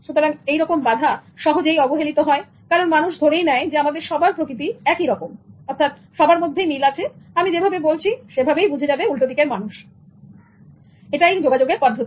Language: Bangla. সুতরাং এই রকম বাধা সহজেই অবহেলিত হয় কারণ মানুষ ধরেই নেয় আমাদের সবার প্রকৃতি একই রকম বা সবার মধ্যে মিল আছেআমি যেভাবে বলছি সেভাবেই বুঝে যাবে উল্টোদিকের মানুষ সুতরাং এটাই যোগাযোগের পদ্ধতি